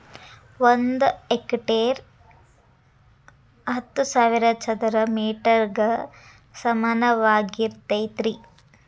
ಒಂದ ಹೆಕ್ಟೇರ್ ಹತ್ತು ಸಾವಿರ ಚದರ ಮೇಟರ್ ಗ ಸಮಾನವಾಗಿರತೈತ್ರಿ